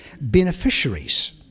beneficiaries